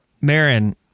Marin